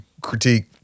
critique